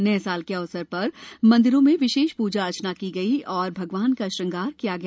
नए साल के अवसर पर मंदिरों में विशेष प्जा अर्चना की गई और भगवान का श्रृंगार किया गया